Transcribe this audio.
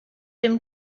him